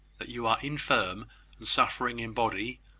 that you are infirm and suffering in body,